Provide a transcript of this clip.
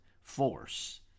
force